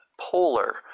polar